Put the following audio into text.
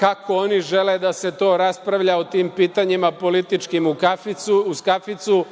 kako oni žele da se to raspravlja o tim pitanjima političkim uz kaficu.